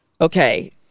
okay